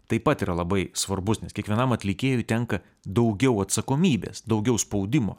taip pat yra labai svarbus nes kiekvienam atlikėjui tenka daugiau atsakomybės daugiau spaudimo